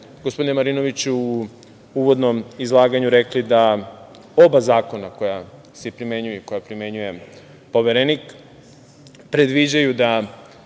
gospodine Marinoviću u uvodnom izlaganju rekli da oba zakona koja se primenjuju i koja primenjuje Poverenik, predviđaju da